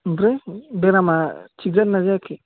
ओमफ्राय बेरामा थिग जादोंना जायाखै